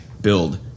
build